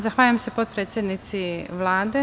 Zahvaljujem se potpredsednici Vlade.